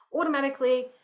automatically